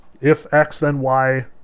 if-x-then-y